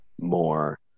more